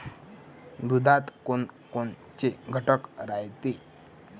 दुधात कोनकोनचे घटक रायते?